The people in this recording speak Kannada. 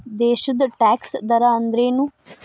ದೇಶದ್ ಟ್ಯಾಕ್ಸ್ ದರ ಅಂದ್ರೇನು?